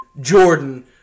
...Jordan